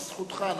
זכותך,